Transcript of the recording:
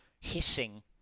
hissing